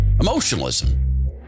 Emotionalism